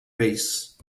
base